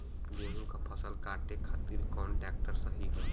गेहूँक फसल कांटे खातिर कौन ट्रैक्टर सही ह?